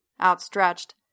outstretched